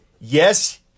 Yes